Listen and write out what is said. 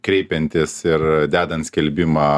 kreipiantis ir dedant skelbimą